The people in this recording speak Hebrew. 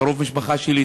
קרוב משפחה שלי,